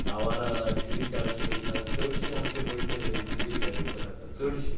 आवारा चारसो वीसांत चडशे आमचे गोंयचे म्युझीक डायरॅक्टर आसा चडशे